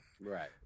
right